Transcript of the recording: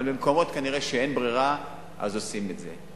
אבל במקומות שאין ברירה, עושים את זה.